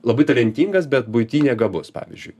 labai talentingas bet buity negabus pavyzdžiui